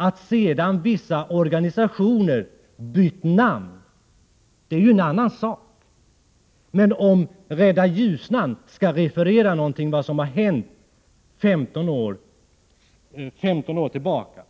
Att sedan vissa organisationer har bytt namn är ju en annan sak. Men om Rädda Ljusnan skall referera vad som hände 15 år tillbaka